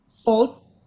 Salt